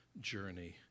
journey